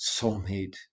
soulmate